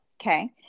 okay